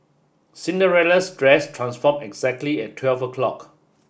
Cinderella's dress transformed exactly at twelve o'clock